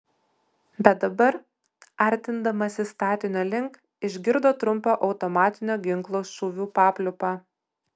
bet dabar artindamasi statinio link išgirdo trumpą automatinio ginklo šūvių papliūpą